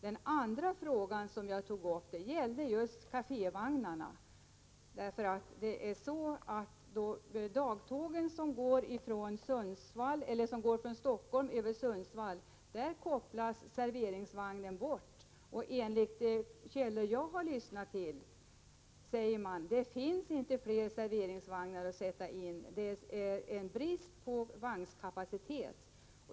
Den andra frågan som jag tog upp avsåg kafévagnarna. När det gäller dagtågen från Helsingfors över Sundsvall kopplas serveringsvagnen bort i Sundsvall. Enligt de källor jag har lyssnat till finns det inte fler serveringsvagnar att sätta in. Det råder brist på vagnkapacitet.